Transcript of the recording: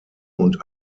und